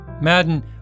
Madden